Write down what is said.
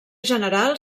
general